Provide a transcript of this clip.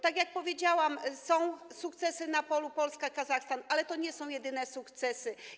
Tak jak powiedziałam, są sukcesy na polu Polska - Kazachstan, ale to nie są jedyne sukcesy.